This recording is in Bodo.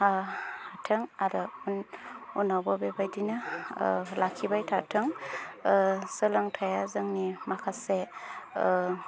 हाथों आरो उनावबो बेबायदिनो लाखिबाय थाथों सोलोंथाया जोंनि माखासे